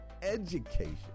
education